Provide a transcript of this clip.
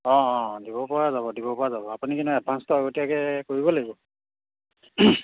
অঁ অঁ দিব পৰা যাব দিব পৰা যাব আপুনি কিন্তু এডভান্সটো আগতীয়াকৈ কৰিব লাগিব